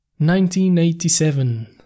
1987